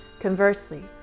Conversely